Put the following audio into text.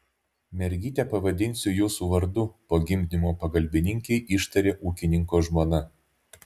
mergytę pavadinsiu jūsų vardu po gimdymo pagalbininkei ištarė ūkininko žmona